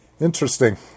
interesting